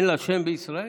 אין לה שם בישראל?